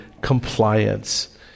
compliance